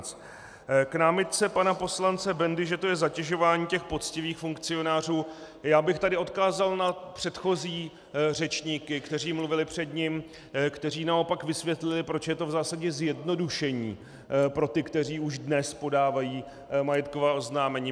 K námitce pana poslance Bendy, že to je zatěžování těch poctivých funkcionářů, já bych tady odkázal na předchozí řečníky, kteří mluvili před ním, kteří naopak vysvětlili, proč je to v zásadě zjednodušení pro ty, kteří už dnes podávají majetková oznámení.